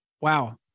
Wow